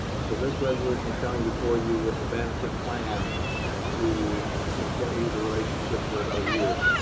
so this resolution is coming before you with the management plan to continue the relationship for another year.